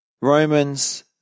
Romans